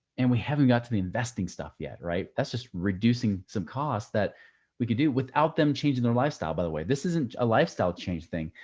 and we haven't got to the investing stuff yet. right? that's just reducing some costs that we could do without them changing their lifestyle. by the way, this isn't a lifestyle change thing.